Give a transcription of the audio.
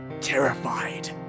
terrified